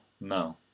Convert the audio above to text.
No